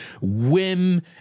whim